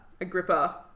Agrippa